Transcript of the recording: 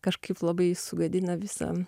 kažkaip labai sugadina visą